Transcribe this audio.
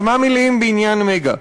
כמה מילים בעניין "מגה".